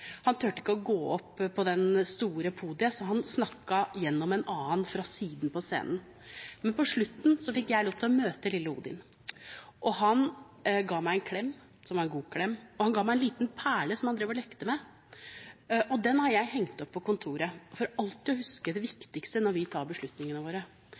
Han torde ikke gå opp på det store podiet, så han snakket gjennom en annen, fra siden på scenen. Men på slutten fikk jeg lov til å møte lille Odin. Han ga meg en klem – som var en god klem – og han ga meg en liten perle som han lekte med. Den har jeg hengt opp på kontoret – for alltid å huske det viktigste når vi tar beslutningene våre.